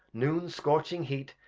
noons scorching heat,